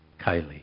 Kylie